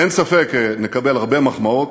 אין ספק, נקבל הרבה מחמאות,